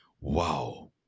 wow